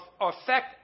affect